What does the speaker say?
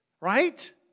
right